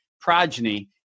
progeny